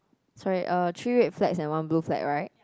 sorry uh three red flags and one blue flag right